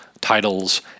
titles